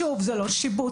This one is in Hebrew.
שוב זה לא שיבוץ.